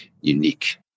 unique